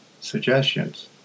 suggestions